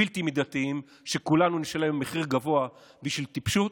בלתי מידתיים, שכולנו נשלם מחיר גבוה על טיפשות,